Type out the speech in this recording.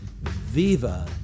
Viva